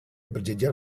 berjejer